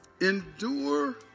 endure